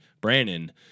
Brandon